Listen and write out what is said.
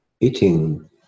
eating